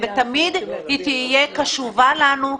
ותמיד היא תהיה קשובה לנו,